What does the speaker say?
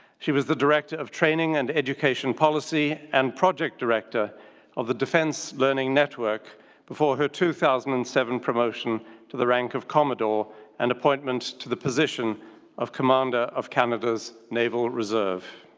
she was the director of training and education policy and project director of the defense learning network before her two thousand and seven promotion to the rank of commodore and appointment to the position of commander of canada's naval reserve.